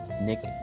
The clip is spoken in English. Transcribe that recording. nick